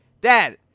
Dad